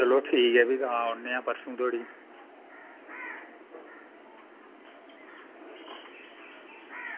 चलो ठीक ऐ भी तां औन्ने आं परसों धोड़ी